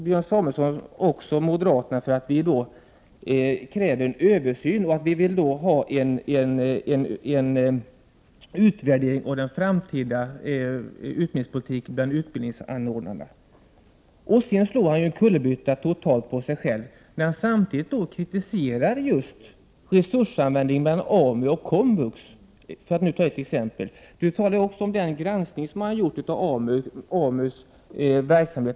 Björn Samuelson kritiserade moderaterna, därför att moderaterna kräver en översyn. Vi vill ha en utvärdering av utbildningsanordnarnas framtida utbildningspolitik. Björn Samuelson gör sig skyldig till en kullerbytta, eftersom han samtidigt kritiserar just resursanvändningen inom AMU och komvux, för att nu ta ett exempel. Björn Samuelson talade också om den granskning som gjorts av AMU:s verksamhet.